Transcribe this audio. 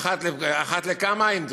אחת לכמה זמן,